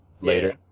later